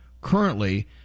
currently